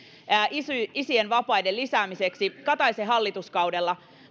isien isien vapaiden lisäämiseksi kataisen hallituskaudella